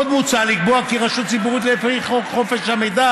עוד מוצע לקבוע כי רשות ציבורית לפי חוק חופש המידע